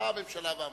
באה הממשלה ואמרה: